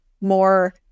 more